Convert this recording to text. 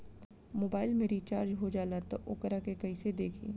Mobile में recharge हो जाला त वोकरा के कइसे देखी?